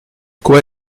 quoi